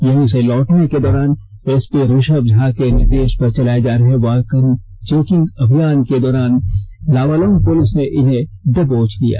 यहीं से लौटने के दौरान एसपी ऋषम झा के निर्देश पर चलाए जा रहे वाहन चेकिंग अभियान के दौरान लावालौंग पुलिस ने इन्हें दबोच लिया